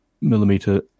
millimeter